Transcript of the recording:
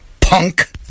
Punk